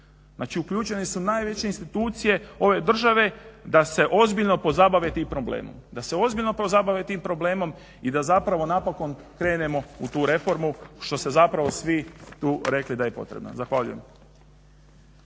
Znači uključene su najveće institucije ove države da se ozbiljno pozabave tim problemom, i da zapravo napokon krenemo u tu reformu što se zapravo svi tu rekli da je potrebno. Zahvaljujem.